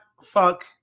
fuck